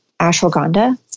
ashwagandha